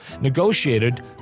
negotiated